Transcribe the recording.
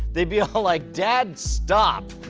they'd be ah all like, dad, stop!